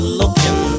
looking